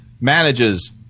manages